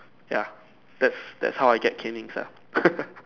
ya that's that's how I get canings ah